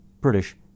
British